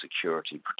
security